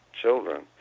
children